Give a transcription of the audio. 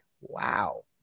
wow